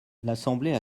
l’assemblée